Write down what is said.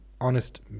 honest